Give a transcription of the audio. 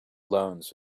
loans